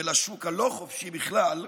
ולשוק הלא-חופשי בכלל,